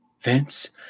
Vince